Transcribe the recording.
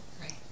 right